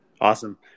Awesome